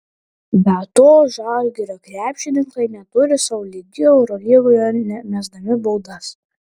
be to žalgirio krepšininkai neturi sau lygių eurolygoje mesdami baudas